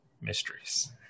mysteries